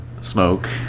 smoke